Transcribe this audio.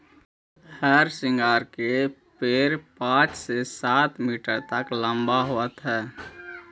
हरसिंगार का पेड़ पाँच से सात मीटर तक लंबा होवअ हई